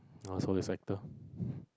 I was a reciter